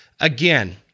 again